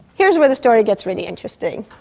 here's where the story gets really interesting.